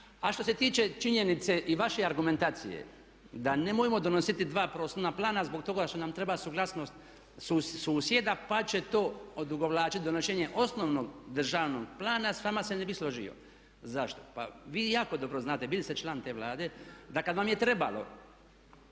A što se tiče činjenice i vaše argumentacije da nemojmo donositi dva prostorna plana zbog toga što nam treba suglasnost susjeda pa će to odugovlačit donošenje osnovnog državnog plana s vama se ne bih složio. Zašto? Pa vi jako dobro znate, bili ste član te vlade da kad vam je trebalo